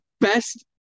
best